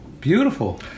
Beautiful